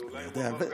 אני יודע.